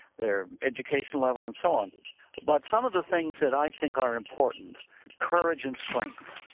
their educational level and so on but some of the things that i think are important courage and strength,